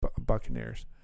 Buccaneers